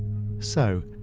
so,